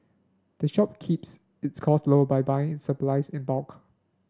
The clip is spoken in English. the shop keeps its close low by buying supplies in bulk